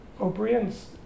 O'Brien's